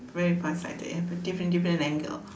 very far sighted and have a different different angle